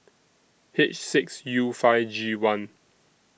H six U five G one